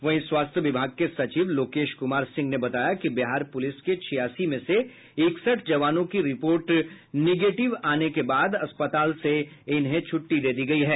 वहीं स्वास्थ्य विभाग के सचिव लोकेश कुमार सिंह ने बताया कि बिहार पुलिस के छियासी में से इकसठ जवानों की रिपोर्ट निगेटिव आने बाद अस्पताल से छुट्टी दे दी गयी है